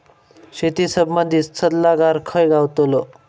शेती संबंधित सल्लागार खय गावतलो?